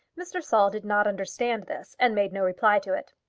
mr. saul did not understand this, and made no reply to it.